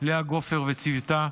לאה גופר ולצוותה,